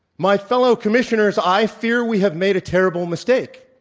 my fellow commissioners, i fear we have made a terrible mistake.